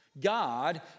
God